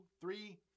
three